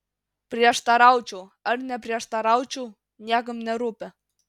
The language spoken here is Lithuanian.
prieštaraučiau ar neprieštaraučiau niekam nerūpi